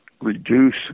reduce